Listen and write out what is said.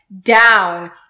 down